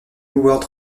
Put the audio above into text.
world